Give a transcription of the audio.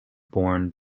born